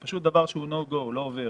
זה פשוט דבר שלא יכול להיות.